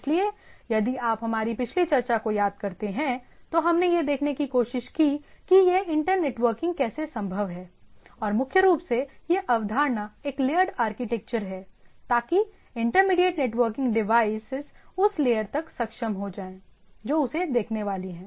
इसलिए यदि आप हमारी पिछली चर्चा को याद करते हैं तो हमने यह देखने की कोशिश की कि यह इंटर नेटवर्किंग कैसे संभव है और मुख्य रूप से यह अवधारणा एक लेयर्ड आर्किटेक्चर है ताकि इंटरमीडिएट नेटवर्किंग डिवाइस उस लेयर तक सक्षम हो जाएं जो उसे देखने वाली है